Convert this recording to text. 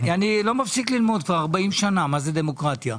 אני לא מפסיק ללמוד כבסר 40 שנים מה זאת דמוקרטיה.